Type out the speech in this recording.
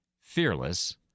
fearless